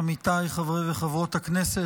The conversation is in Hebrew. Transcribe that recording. עמיתיי חברי וחברות הכנסת,